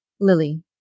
Lily